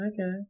Okay